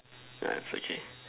nah it's okay